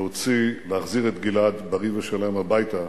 להוציא ולהחזיר את גלעד בריא ושלם הביתה,